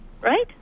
right